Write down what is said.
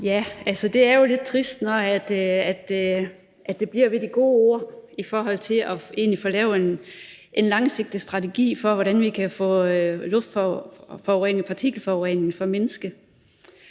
(UFG): Det er jo lidt trist, når det bliver ved de gode ord i forhold til egentlig at få lavet en langsigtet strategi for, hvordan vi kan få luftforureningen, partikelforureningen formindsket.